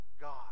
God